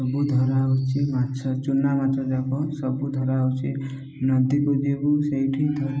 ସବୁ ଧରା ହେଉଛି ମାଛ ଚୁନା ମାଛ ଯାକ ସବୁ ଧରା ହେଉଛି ନଦୀକୁ ଯିବୁ ସେଇଠି